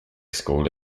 school